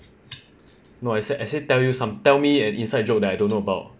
no I said I said tell you some~ tell me an inside joke that I don't know about